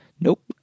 Nope